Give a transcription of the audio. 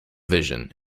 vision